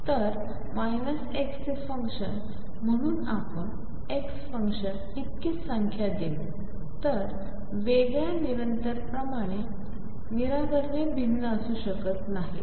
तर x चे function म्हणून आपण x फंक्शन इतकीच संख्या देऊ तर वेगळ्या निरंतर प्रमाने निराकरणे भिन्न असू शकत नाहीत